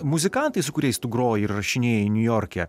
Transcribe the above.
muzikantai su kuriais tu groji įrašinėji niujorke